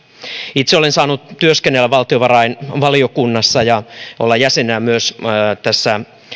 itse olen saanut työskennellä valtiovarainvaliokunnassa ja olla jäsenenä myös tässä